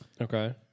Okay